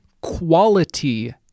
quality